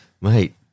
Mate